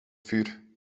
vuur